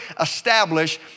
establish